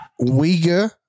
Uyghur